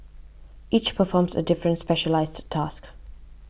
each performs a different specialised task